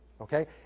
okay